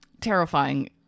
terrifying